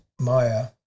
Maya